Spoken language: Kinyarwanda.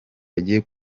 bagiye